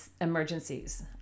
emergencies